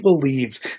believed